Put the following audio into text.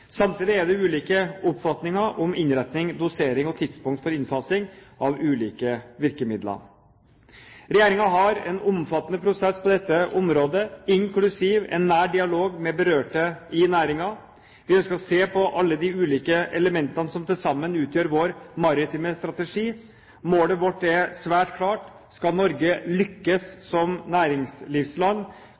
Samtidig er det ulike oppfatninger om innretning, dosering og tidspunkt for innfasing av ulike virkemidler. Regjeringen har en omfattende prosess på dette området, inklusiv en nær dialog med berørte i næringen. Vi ønsker å se på alle de ulike elementene som til sammen utgjør vår maritime strategi. Målet vårt er svært klart. Skal Norge lykkes som næringslivsland,